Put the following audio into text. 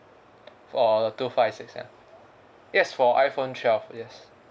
for two five six ya yes for iphone twelve yes